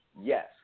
Yes